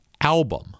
album—